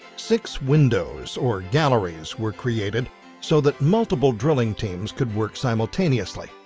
six windows or galleries were created so that multiple drilling teams could work simultaneously,